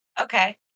Okay